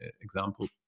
example